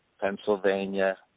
Pennsylvania